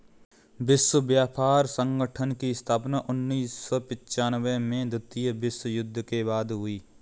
विश्व व्यापार संगठन की स्थापना उन्नीस सौ पिच्यानबें में द्वितीय विश्व युद्ध के बाद हुई